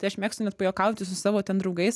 tai aš mėgstu net pajuokauti su savo ten draugais